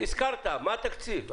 מה התקציב?